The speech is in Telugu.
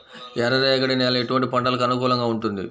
ఎర్ర రేగడి నేల ఎటువంటి పంటలకు అనుకూలంగా ఉంటుంది?